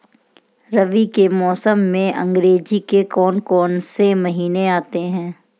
रबी के मौसम में अंग्रेज़ी के कौन कौनसे महीने आते हैं?